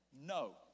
No